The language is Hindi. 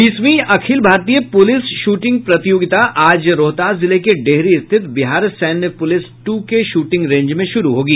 बीसवीं अखिल भारतीय पुलिस शूटिंग प्रतियोगिता आज रोहतास जिले के डेहरी स्थित बिहार सैन्य पुलिस टू के शूटिंग रेंज में शुरू होगी